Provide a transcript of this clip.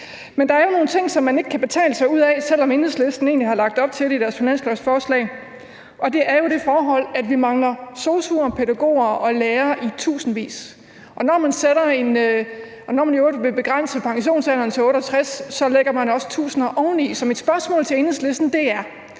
Men der er jo nogle ting, som man ikke kan betale sig ud af, selv om Enhedslisten har lagt op til det i deres finanslovsforslag, og det er jo det forhold, at vi mangler sosu'er, pædagoger og lærere i tusindvis, og når man så i øvrigt vil begrænse pensionsalderen til 68 år, så lægger man også tusinder oveni. Så mit spørgsmål til Enhedslisten er: